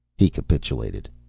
he capitulated.